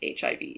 HIV